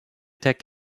tech